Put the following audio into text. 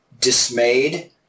dismayed